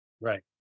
Right